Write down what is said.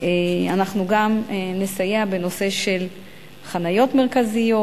אנחנו גם נסייע בנושא של חניות מרכזיות,